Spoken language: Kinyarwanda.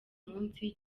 munsi